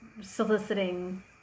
soliciting